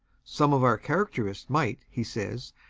some of our caricaturists might, he says,